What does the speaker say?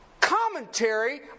commentary